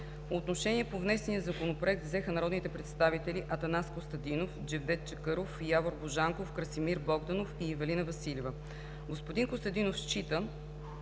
Отношение по внесения законопроект взеха народните представители Атанас Костадинов, Джевдет Чакъров, Явор Божанков, Красимир Богданов и Ивелина Василева. Господин Костадинов счита,